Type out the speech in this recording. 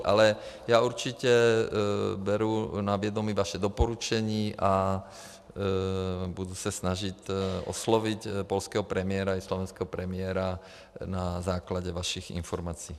Ale já určitě beru na vědomí vaše doporučení a budu se snažit oslovit polského premiéra i slovenského premiéra na základě vašich informací.